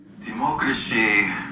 Democracy